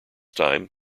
time